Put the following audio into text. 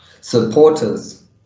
supporters